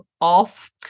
off